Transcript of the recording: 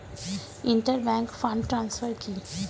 Inter bank fund transfer কি?